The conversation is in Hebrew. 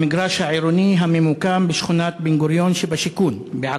במגרש העירוני הממוקם בשכונת בן-גוריון בעכו.